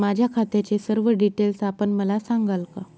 माझ्या खात्याचे सर्व डिटेल्स आपण मला सांगाल का?